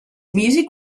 music